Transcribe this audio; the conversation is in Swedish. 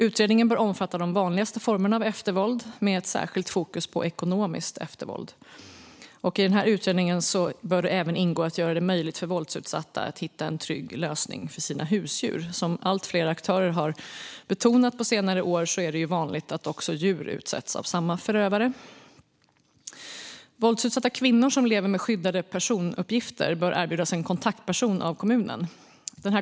Utredningen bör omfatta de vanligaste formerna av eftervåld, med särskilt fokus på ekonomiskt eftervåld. I utredningen bör även ingå att göra det möjligt för våldsutsatta att hitta en trygg lösning för sina husdjur. Som allt fler aktörer har betonat på senare år är det vanligt att också djur utsätts för våld av samma förövare. Våldsutsatta kvinnor som lever med skyddade personuppgifter bör erbjudas en kontaktperson av kommunen.